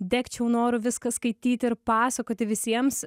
degčiau noru viską skaityti ir pasakoti visiems